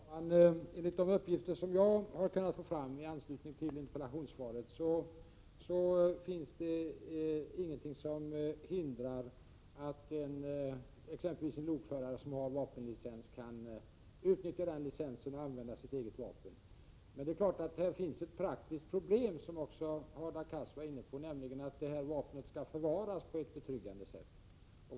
Ferm Börnake rs aviag Fru talman! Enligt de uppgifter som jag har kunnat få fram i anslutning till utarbetandet av interpellationssvaret finns det ingenting som hindrar att exempelvis en lokförare som har vapenlicens utnyttjar den licensen och använder sitt eget vapen. Men det är klart att här finns ett praktiskt problem, som också Hadar Cars var inne på, nämligen att vapnet skall förvaras på ett betryggande sätt.